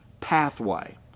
pathway